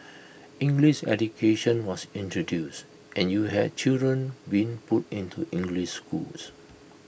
English education was introduced and you had children being put into English schools